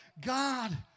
God